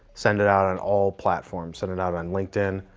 send it out on all platforms. send it out on linkedin,